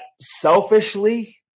selfishly